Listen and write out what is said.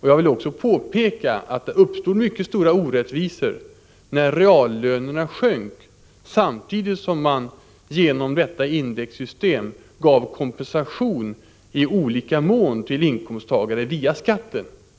Jag vill också påpeka att det uppstod mycket stora orättvisor när reallönerna sjönk samtidigt som man med hjälp av indexsystemet i olika mån gav inkomsttagare kompensation via skatten.